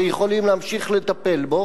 שיכולים להמשיך לטפל בו,